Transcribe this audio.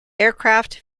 aircraft